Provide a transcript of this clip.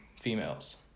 females